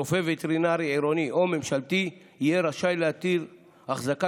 רופא וטרינר עירוני או ממשלתי יהיה רשאי להטיל החזקה